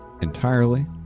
entirely